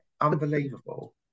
unbelievable